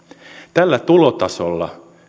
tällä tulotasolla